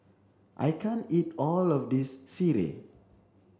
I can't eat all of this Sireh